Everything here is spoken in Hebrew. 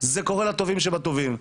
זה קורה לטובים שבטובים.